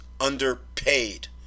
underpaid